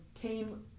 came